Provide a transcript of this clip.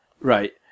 Right